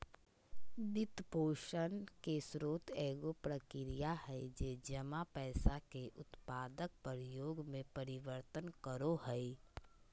वित्तपोषण के स्रोत एगो प्रक्रिया हइ जे जमा पैसा के उत्पादक उपयोग में परिवर्तन करो हइ